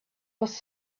was